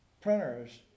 printers